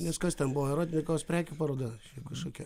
nes kas ten buvo erotikos prekių paroda kažkokia